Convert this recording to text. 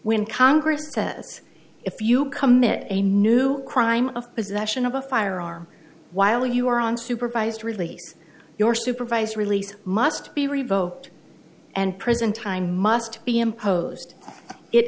when congress says if you commit a new crime of possession of a firearm while you are on supervised release your supervised release must be revoked and prison time must be imposed it